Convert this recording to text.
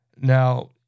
Now